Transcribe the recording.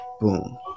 boom